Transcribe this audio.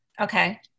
Okay